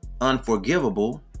Unforgivable